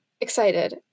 Excited